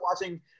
watching